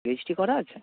registry করা আছে